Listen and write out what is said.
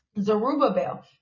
Zerubbabel